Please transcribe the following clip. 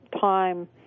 time